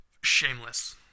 shameless